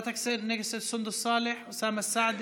חברי הכנסת סונדוס סאלח, אוסאמה סעדי,